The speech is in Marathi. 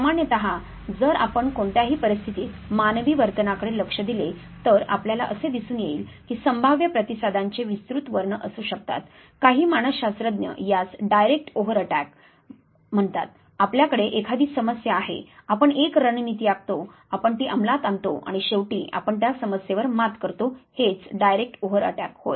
सामान्यत जर आपण कोणत्याही परिस्थितीत मानवी वर्तनाकडे लक्ष दिले तर आपल्याला असे दिसून येईल की संभाव्य प्रतिसादांचे विस्तृत वर्ण असू शकतात काही मानसशास्त्रज्ञ यास 'डायरेक्ट ओव्हर अटॅक' म्हणतात आपल्याकडे एखादी समस्या आहे आपण एक रणनीती आखतो आपण ती अंमलात आणतो आणि शेवटी आपण त्या समस्येवर मात करतो हेच 'डायरेक्ट ओव्हर अटॅक' होय